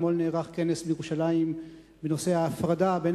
אתמול נערך כנס בירושלים בנושא ההפרדה בין